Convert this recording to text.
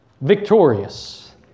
victorious